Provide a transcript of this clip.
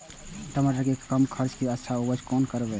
टमाटर के कम खर्चा में अच्छा उपज कोना करबे?